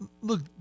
look